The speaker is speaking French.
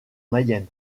mayenne